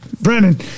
Brennan